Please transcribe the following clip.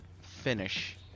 finish